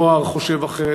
האם הנוער חושב אחרת?